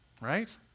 right